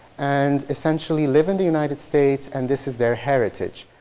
and essentially live in the united states and this is their heritage.